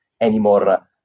anymore